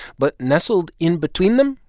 but nestled in between them,